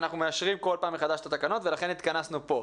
אנחנו מאשרים כל פעם מחדש את התקנות ולכן התכנסו פה.